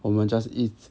我们 just 一起